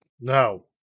No